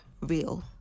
real